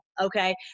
Okay